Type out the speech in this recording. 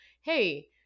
hey